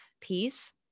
piece